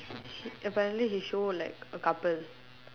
he apparently he show like a couple